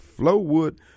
Flowwood